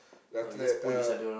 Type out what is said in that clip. then after that uh